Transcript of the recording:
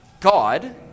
God